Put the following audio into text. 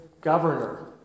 governor